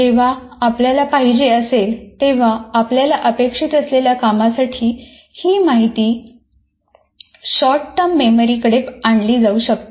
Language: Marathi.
जेव्हा आपल्याला पाहिजे असेल तेव्हा आपल्याला अपेक्षित असलेल्या कामासाठी ही माहिती शॉर्टटर्म मेमरी कडे आणली जाऊ शकते